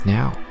now